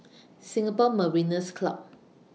Singapore Mariners' Club